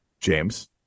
James